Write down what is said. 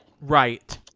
Right